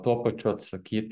tuo pačiu atsakyt